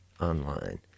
online